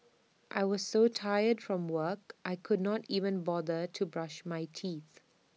I was so tired from work I could not even bother to brush my teeth